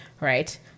right